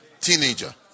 teenager